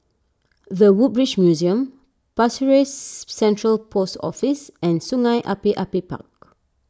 the Woodbridge Museum Pasir Ris Central Post Office and Sungei Api Api Park